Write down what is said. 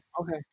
Okay